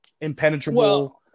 impenetrable